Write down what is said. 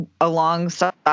alongside